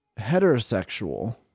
heterosexual